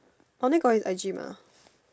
I only got his I_G mah